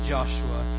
Joshua